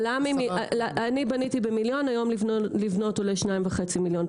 אני בניתי במיליון והיום לבנות עולה 2.5 מיליון,